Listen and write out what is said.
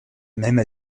même